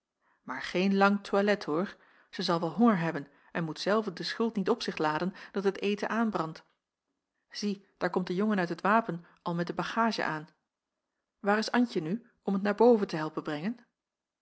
maar geen lang toilet hoor zij zal wel honger hebben en moet zelve de schuld niet op zich laden dat het eten aanbrandt zie daar komt de jongen uit het wapen al met de bagaadje aan waar is antje nu om het naar boven te helpen brengen